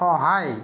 সহায়